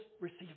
receive